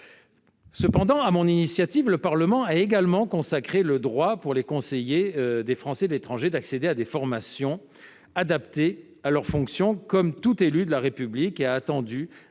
Cependant, sur mon initiative, le Parlement a également consacré le droit, pour les conseillers des Français de l'étranger, d'accéder à des formations adaptées à leurs fonctions, comme tous les élus de la République, et a étendu